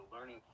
learning